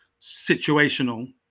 situational